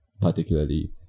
particularly